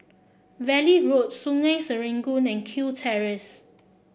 Valley Road Sungei Serangoon and Kew Terrace